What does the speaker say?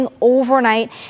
overnight